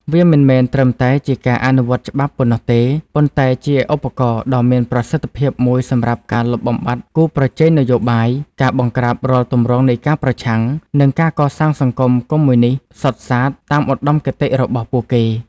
វាមិនមែនត្រឹមតែជាការអនុវត្តច្បាប់ប៉ុណ្ណោះទេ ប៉ុន្តែជាឧបករណ៍ដ៏មានប្រសិទ្ធភាពមួយសម្រាប់ការលុបបំបាត់គូប្រជែងនយោបាយ ការបង្ក្រាបរាល់ទម្រង់នៃការប្រឆាំង និងការកសាងសង្គមកុម្មុយនិស្តសុទ្ធសាធតាមឧត្តមគតិរបស់ពួកគេ។